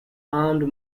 armed